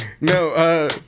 No